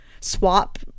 swap